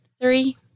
three